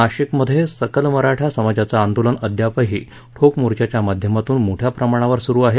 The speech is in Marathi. नाशिकमध्ये सकल मराठा समाजाचं आंदोलन अद्यापही ठोक मोर्चा च्या माध्यमातून मोठ्याप्रमाणावर सुरु आहे